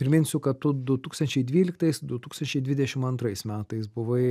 priminsiu kad tu du tūkstančiai dvyliktais du tūkstančiai dvidešim antrais metais buvai